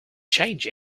change